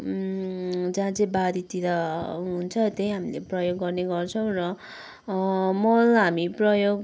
जहाँ चाहिँ बारीतिर हुन्छ त्यही हामीले प्रयोग गर्ने गर्छौँ र मल हामी प्रयोग